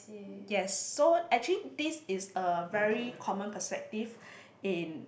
yes so actually this is a very common perspective in